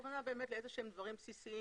הכוונה היא לאיזה שהם דברים בסיסיים